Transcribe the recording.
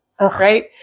right